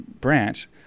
branch